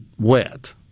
wet